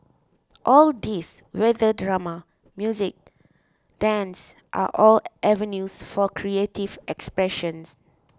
all these whether drama music dance are all avenues for creative expression